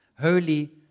holy